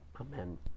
Amen